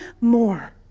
more